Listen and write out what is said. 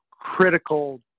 critical